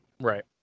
right